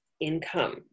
income